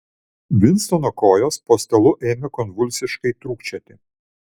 vinstono kojos po stalu ėmė konvulsiškai trūkčioti